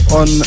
on